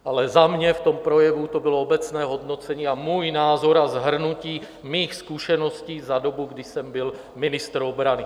Ale za mě v tom projevu to bylo obecné hodnocení a můj názor a shrnutí mých zkušeností za dobu, kdy jsem byl ministr obrany.